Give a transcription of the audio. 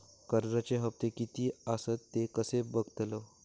कर्जच्या हप्ते किती आसत ते कसे बगतलव?